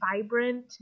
vibrant